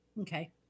Okay